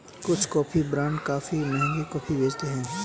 कुछ coffee brand काफी महंगी कॉफी बेचते हैं